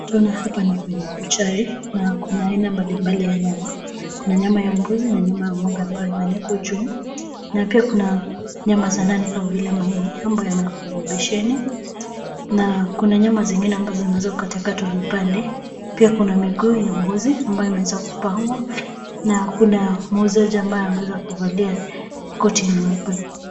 Tunaona hapa ni kwenye buchari na kuna aina mbalimbali ya nyama. Kuna nyama ya mbuzi na nyuma ya ng'ombe ambayo imeekwa juu, na pia kuna nyama za ndani kama vile maini amboyo yameekwa kwenye besheni. Kuna nyama zingine ambazo zimewezwa kukatwakatwa vipande. Pia kuna miguu ya mbuzi ambayo imeweza kupangwa, na hakuna muuzaji ambaye ameweza kuvalia korti nyeupa.